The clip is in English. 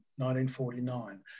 1949